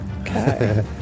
Okay